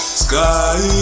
sky